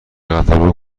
قطارها